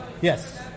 Yes